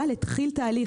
אבל התחיל תהליך.